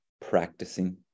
practicing